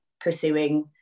pursuing